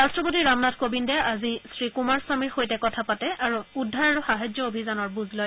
ৰাট্টপতি ৰামনাথ কোবিন্দে আজি শ্ৰী কুমাৰস্বামীৰ সৈতে কথা পাতে আৰু উদ্ধাৰ আৰু সাহায্য অভিযানৰ বুজ লয়